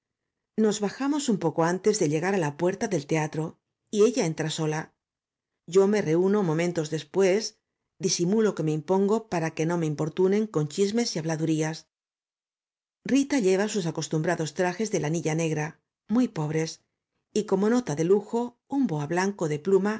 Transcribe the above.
nos bajamos un poco antes de llegar á la puerta del teatro y ella entra sola yo me reúno momentos des o á pues disimulo que me impongo para que no me